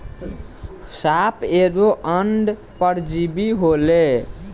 साप एगो अंड परजीवी होले